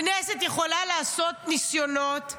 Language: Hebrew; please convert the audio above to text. הכנסת יכולה לעשות ניסיונות,